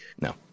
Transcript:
no